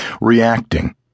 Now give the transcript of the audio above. Reacting